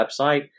website